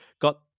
got